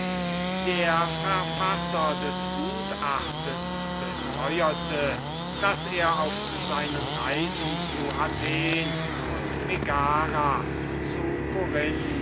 der verfasser des gutachtens beteuerte daß er auf seinen reisen zu athen und megara zu